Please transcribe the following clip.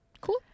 Cool